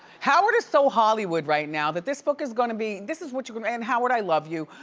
howard is so hollywood right now that this book is gonna be, this is what you're gonna, and howard, i love you,